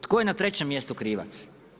Tko je na trećem mjestu krivac?